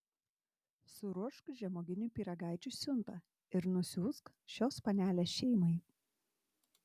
suruošk žemuoginių pyragaičių siuntą ir nusiųsk šios panelės šeimai